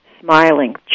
smiling